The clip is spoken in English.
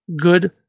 good